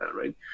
right